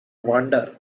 wander